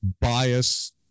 bias